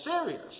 serious